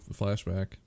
flashback